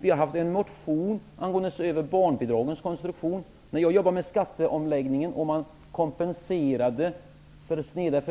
Vi har haft en motion om att se över barnbidragens konstruktion; i skattereformen, kompenserade ma den sneda